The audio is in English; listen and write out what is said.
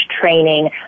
training